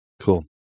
Cool